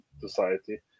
society